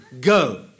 go